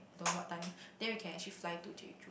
don't know what time then we can actually fly to Jeju